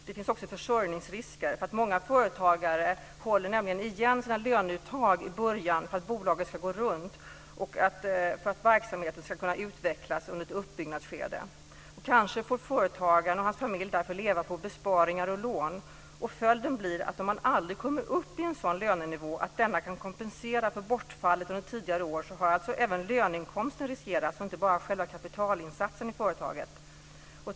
Det finns också försörjningsrisker. Många företagare håller nämligen igen sina löneuttag i början för att bolaget ska gå runt och för att verksamheten ska kunna utvecklas under ett uppbyggnadsskede. Kanske får företagaren och hans familj därför leva på besparingar och lån. Följden blir att om man aldrig kommer upp i en sådan lönenivå att denna kan kompensera för bortfallet under tidigare år så har alltså även löneinkomsten riskerats, inte bara själva kapitalinsatsen i företaget.